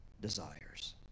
desires